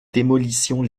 démolition